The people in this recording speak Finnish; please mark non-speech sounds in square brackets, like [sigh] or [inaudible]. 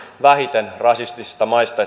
vähiten rasistisista maista [unintelligible]